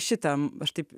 šitam aš taip